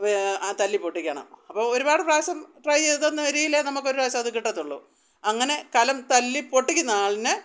ആ തല്ലി പൊട്ടിക്കണം അപ്പോൾ ഒരുപാട് പ്രാവശ്യം ട്രൈ ചെയ്തു എന്ന രീതിയിൽ നമുക്കൊരു പ്രാവശ്യം അത് കിട്ടത്തുള്ളു അങ്ങനെ കലം തല്ലി പൊട്ടിക്കുന്ന ആളിന്